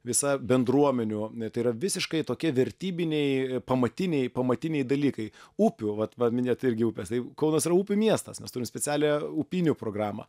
visa bendruomenių tai yra visiškai tokie vertybiniai pamatiniai pamatiniai dalykai upių vat va minėjot irgi upės kaunas yra upių miestas mes turim specialią upinių programą